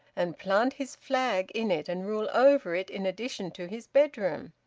and plant his flag in it and rule over it in addition to his bedroom?